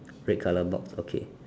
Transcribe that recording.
red colour box okay